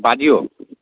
बाजियौ